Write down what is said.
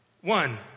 One